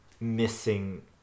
missing